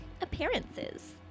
appearances